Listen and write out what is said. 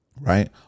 right